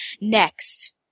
Next